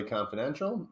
Confidential